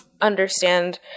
understand